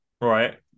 Right